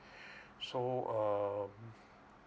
so um